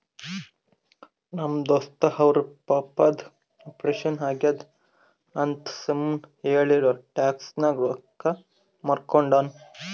ನಮ್ ದೋಸ್ತ ಅವ್ರ ಪಪ್ಪಾದು ಆಪರೇಷನ್ ಆಗ್ಯಾದ್ ಅಂತ್ ಸುಮ್ ಹೇಳಿ ಟ್ಯಾಕ್ಸ್ ನಾಗ್ ರೊಕ್ಕಾ ಮೂರ್ಕೊಂಡಾನ್